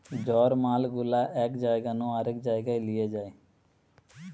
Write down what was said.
জড় মাল গুলা এক জায়গা নু আরেক জায়গায় লিয়ে যায়